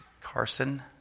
Carson